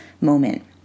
moment